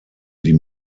die